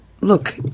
look